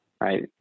right